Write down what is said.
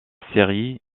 série